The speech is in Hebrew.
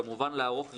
כמובן לערוך רישומים,